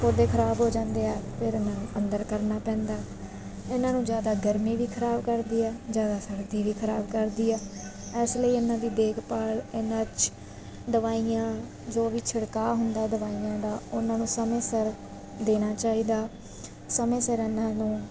ਪੌਦੇ ਖਰਾਬ ਹੋ ਜਾਂਦੇ ਆ ਫਿਰ ਇਹਨਾਂ ਨੂੰ ਅੰਦਰ ਕਰਨਾ ਪੈਂਦਾ ਇਹਨਾਂ ਨੂੰ ਜ਼ਿਆਦਾ ਗਰਮੀ ਵੀ ਖਰਾਬ ਕਰਦੀ ਹੈ ਜ਼ਿਆਦਾ ਸਰਦੀ ਵੀ ਖਰਾਬ ਕਰਦੀ ਆ ਇਸ ਲਈ ਇਹਨਾਂ ਦੀ ਦੇਖਭਾਲ ਇਹਨਾਂ 'ਚ ਦਵਾਈਆਂ ਜੋ ਵੀ ਛਿੜਕਾਅ ਹੁੰਦਾ ਦਵਾਈਆਂ ਦਾ ਉਹਨਾਂ ਨੂੰ ਸਮੇਂ ਸਿਰ ਦੇਣਾ ਚਾਹੀਦਾ ਸਮੇਂ ਸਿਰ ਇਹਨਾਂ ਨੂੰ